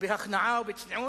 ובהכנעה ובצניעות,